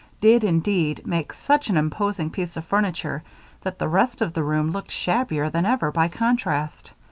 did indeed make such an imposing piece of furniture that the rest of the room looked shabbier than ever by contrast.